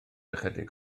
ychydig